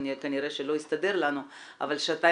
שלוש שעות,